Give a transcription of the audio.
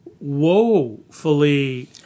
woefully